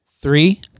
Three